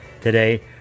today